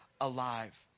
alive